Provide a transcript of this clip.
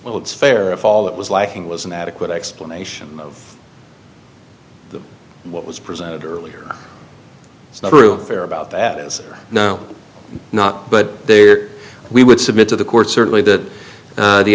well it's fair if all it was liking was an adequate explanation of what was presented earlier it's not true fair about that is now not but there we would submit to the court certainly th